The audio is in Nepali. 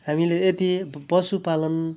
हामीले यदि पशुपालन